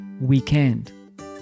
weekend